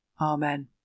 Amen